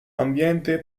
ambiente